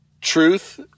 truth